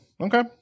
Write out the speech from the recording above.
Okay